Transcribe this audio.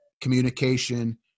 communication